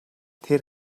тэд